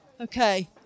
Okay